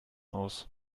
aus